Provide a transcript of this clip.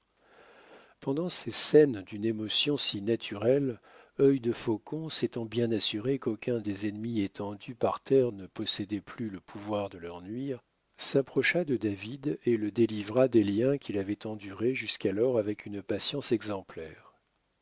pendant ces scènes d'une émotion si naturelle œil defaucon s'étant bien assuré qu'aucun des ennemis étendus par terre ne possédait plus le pouvoir de leur nuire s'approcha de david et le délivra des liens qu'il avait endurés jusqu'alors avec une patience exemplaire